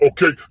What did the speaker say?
Okay